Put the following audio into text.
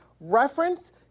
reference